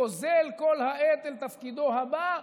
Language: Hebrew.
פוזל כל העת אל תפקידו הבא,